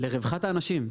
לרווחת האנשים.